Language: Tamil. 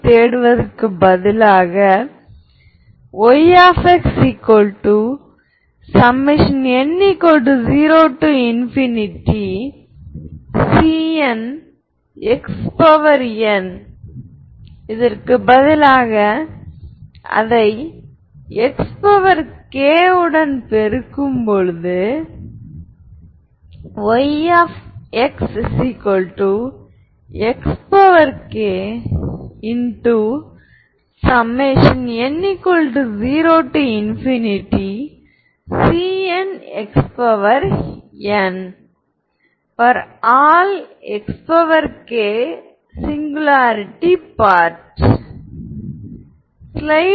தீர்வு சில பூஜ்ஜியமற்ற v ஆக இருந்தால் நீங்கள் கூறலாம் λ ஒரு ஐகென் மதிப்பு என்றும் v என்பது தொடர்புடைய ஐகென் வெக்டார் என்றும் சொல்கிறீர்கள்